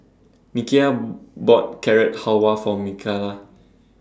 Nikia bought Carrot Halwa For Mikala